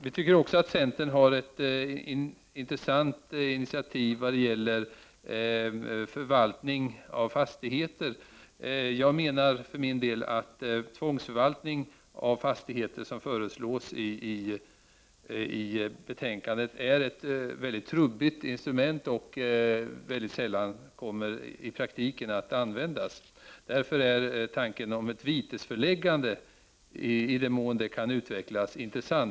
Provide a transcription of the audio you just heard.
Vi tycker också att centerns initiativ vad gäller förvaltning av fastigheter är intressant. Tvångsförvaltning av fastigheter, som föreslås i betänkandet, är enligt min mening ett väldigt trubbigt instrument och kan väldigt sällan i praktiken komma att användas. Därför är tanken på ett vitesföreläggande — i den mån ett sådant kan utvecklas — intressant.